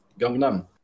Gangnam